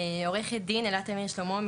עורכת הדין אלה תמיר שלמה,